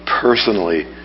personally